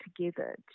together